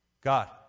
God